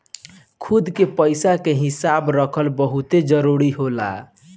खुद के पइसा के हिसाब रखल बहुते जरूरी होला